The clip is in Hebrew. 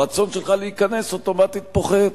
הרצון שלך להיכנס אוטומטית פוחת.